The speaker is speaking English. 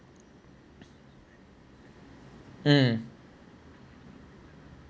mm